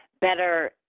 better